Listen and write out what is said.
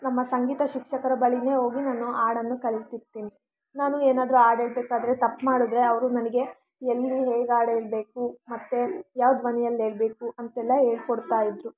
ನಮ್ಮ ಸಂಗೀತ ಶಿಕ್ಷಕರ ಬಳಿನೆ ಹೋಗಿ ನಾನು ಹಾಡನ್ನು ಕಲೀತಿರ್ತೀನಿ ನಾನು ಏನಾದ್ರೂ ಹಾಡೇಳ್ಬೇಕಾದರೆ ತಪ್ಪು ಮಾಡಿದರೆ ಅವರು ನನಗೆ ಎಲ್ಲಿ ಹೇಗೆ ಹಾಡೇಳ್ಬೇಕು ಮತ್ತೆ ಯಾವ ಧ್ವನಿಯಲ್ಲಿ ಹೇಳ್ಬೇಕು ಅಂತೆಲ್ಲ ಹೇಳ್ಕೊಡ್ತಾಯಿದ್ರು